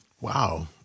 Wow